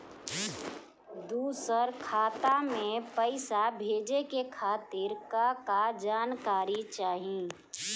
दूसर खाता में पईसा भेजे के खातिर का का जानकारी चाहि?